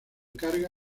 carga